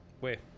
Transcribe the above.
Wait